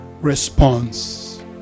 response